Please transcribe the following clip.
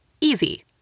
Easy